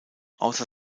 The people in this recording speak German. außer